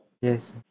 Yes